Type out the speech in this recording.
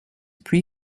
pre